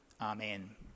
Amen